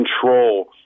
control